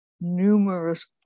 numerous